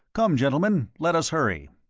come, gentlemen, let us hurry.